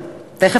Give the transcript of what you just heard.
תכף,